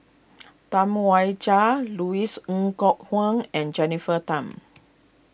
Tam Wai Jia Louis Ng Kok Kwang and Jennifer Tham